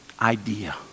idea